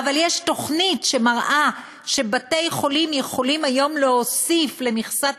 יש תוכנית שמראה שבתי-חולים יכולים היום להוסיף למכסת